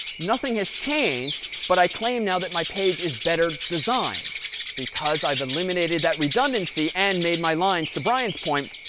nothing has changed, but i claim now that my page is better designed because i've eliminated that redundancy and made my lines, to brian's point,